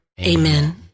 Amen